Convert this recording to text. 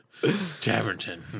Tavernton